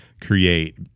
create